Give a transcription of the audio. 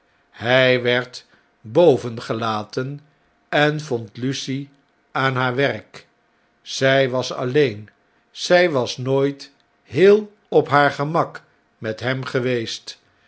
hjj werd boven gelaten en vond lucie aan haar werk zjj was alleen zjj was nooit heel op haar gemak met hem geweest